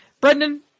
Brendan